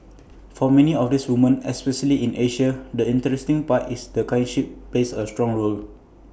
for many of these woman especially in Asia the interesting part is the kinship base A strong role